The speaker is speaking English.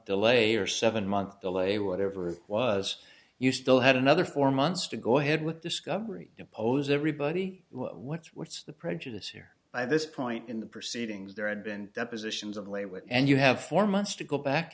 delay or seven month delay whatever it was you still had another four months to go ahead with discovery depose everybody what's what's the prejudice here by this point in the proceedings there had been depositions of labor and you have four months to go back